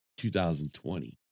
2020